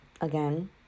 Again